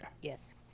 Yes